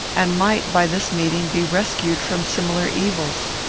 and might by this meeting be rescued from similar evils.